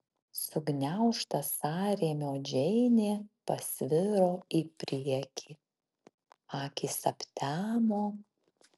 sugniaužta sąrėmio džeinė pasviro į priekį akys aptemo